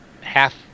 half